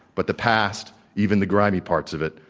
but the past, even the grimy parts of it,